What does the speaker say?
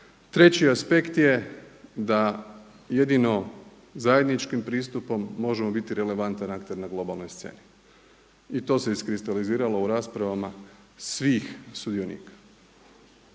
Treći aspekt je da jedino zajedničkim pristupom možemo biti relevantan akter na globalnoj sceni i to se iskristaliziralo u raspravama svih sudionika